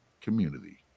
community